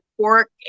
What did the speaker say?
pork